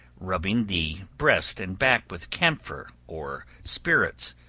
rubbing the breast and back with camphor or spirits,